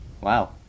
Wow